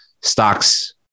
Stocks